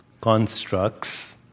constructs